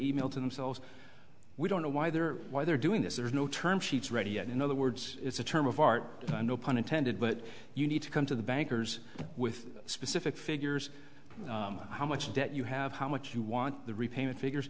e mail to themselves we don't know why they're why they're doing this there's no term sheets ready yet in other words it's a term of art no pun intended but you need to come to the bankers with specific figures how much debt you have how much you want the repayment figures